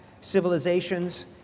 civilizations